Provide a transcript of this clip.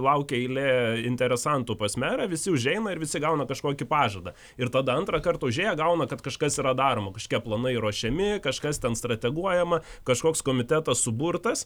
laukia eilė interesantų pas merą visi užeina ir visi gauna kažkokį pažadą ir tada antrą kartą užėję gauna kad kažkas yra daroma kažkokie planai ruošiami kažkas ten strateguojama kažkoks komitetas suburtas